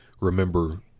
remember